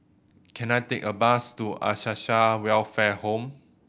can I take a bus to Acacia Welfare Home